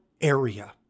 area